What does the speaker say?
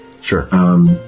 Sure